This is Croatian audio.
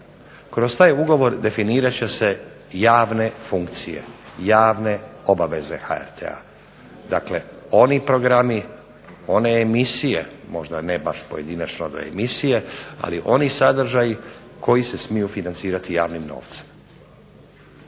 Kroz taj ugovor definirat će se javne funkcije, javne obaveze HRT-a, dakle oni programi, one emisije, možda ne baš pojedinačno do emisije, ali oni sadržaji koji se smiju financirati javnim novcem.